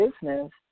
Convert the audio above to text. business